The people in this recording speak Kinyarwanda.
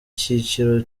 cyiciro